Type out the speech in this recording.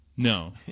No